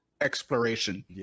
exploration